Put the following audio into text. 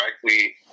correctly